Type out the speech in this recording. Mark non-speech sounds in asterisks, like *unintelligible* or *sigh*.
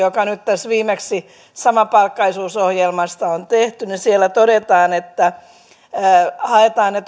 *unintelligible* joka nyt tässä viimeksi samapalkkaisuusohjelmasta on tehty todetaan että haetaan ne *unintelligible*